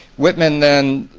whitman then